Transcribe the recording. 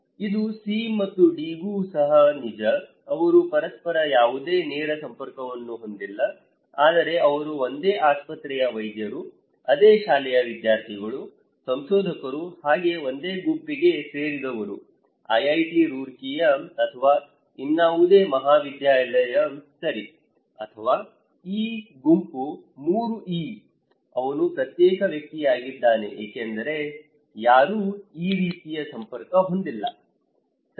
ಇದು C ಮತ್ತು D ಗೂ ಸಹ ನಿಜ ಅವರು ಪರಸ್ಪರ ಯಾವುದೇ ನೇರ ಸಂಪರ್ಕವನ್ನು ಹೊಂದಿಲ್ಲ ಆದರೆ ಅವರು ಒಂದೇ ಆಸ್ಪತ್ರೆಯ ವೈದ್ಯರು ಅದೇ ಶಾಲೆಯ ವಿದ್ಯಾರ್ಥಿಗಳು ಸಂಶೋಧಕರು ಹಾಗೆ ಒಂದೇ ಗುಂಪಿಗೆ ಸೇರಿದವರು IIT ರೂರ್ಕಿಯ ಅಥವಾ ಇನ್ನಾವುದೇ ಮಹಾವಿದ್ಯಾಲಯ ಸರಿ ಅಥವಾ ಈ ಗುಂಪು 3E ಅವನು ಪ್ರತ್ಯೇಕ ವ್ಯಕ್ತಿಯಾಗಿದ್ದಾನೆ ಏಕೆಂದರೆ ಯಾರೂ ಈ ರೀತಿಯ ಸಂಪರ್ಕ ಹೊಂದಿಲ್ಲ ಸರಿ